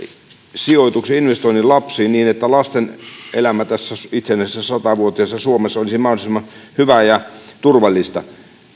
sijoituksen investoinnin lapsiin niin että lasten elämä tässä itsenäisessä sata vuotiaassa suomessa olisi mahdollisimman hyvää ja turvallista